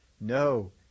no